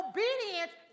Obedience